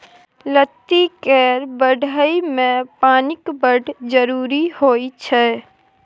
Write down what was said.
लत्ती केर बढ़य मे पानिक बड़ जरुरी होइ छै